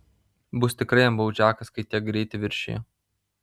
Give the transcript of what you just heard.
bus tikrai jam baudžiakas kai tiek greitį viršijo